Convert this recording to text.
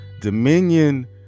Dominion